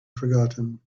forgotten